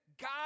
God